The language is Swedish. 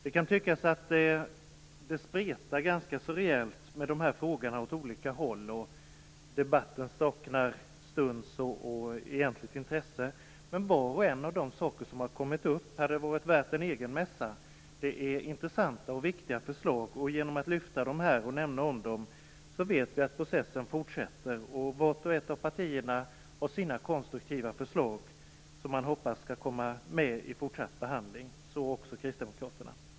Det kan tyckas att det spretas ganska rejält åt olika håll när det gäller dessa frågor och att debatten saknar stuns och egentligt intresse. Men var och en av de frågor som har kommit upp har varit värda en egen mässa. Det är intressanta och viktiga förslag. Genom att lyfta fram frågorna och diskutera dem vet vi att processen fortsätter. Vart och ett av partierna har sina konstruktiva förslag som man hoppas skall komma med i den fortsatta behandlingen. Så också Kristdemokraterna.